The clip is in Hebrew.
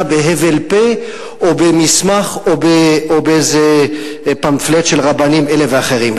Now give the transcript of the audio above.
בהבל פה או במסמך או באיזה פמפלט של רבנים אלה ואחרים.